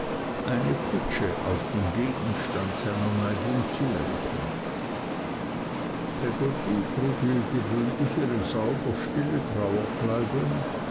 eine kutsche auf den gegenstand seiner neigung zulenkend peggotty trug wie gewöhnlich ihre sauber stille trauerkleidung